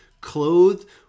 clothed